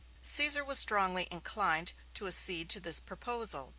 caesar was strongly inclined to accede to this proposal.